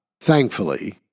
thankfully